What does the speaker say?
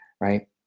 right